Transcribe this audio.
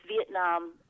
Vietnam